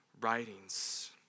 writings